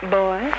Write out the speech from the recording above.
boy